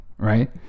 right